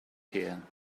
here